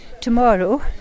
tomorrow